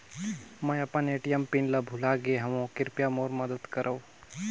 मैं अपन ATM PIN ल भुला गे हवों, कृपया मोर मदद करव